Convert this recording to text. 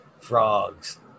frogs